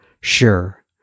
sure